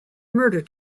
murder